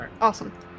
Awesome